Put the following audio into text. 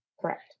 Correct